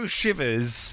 shivers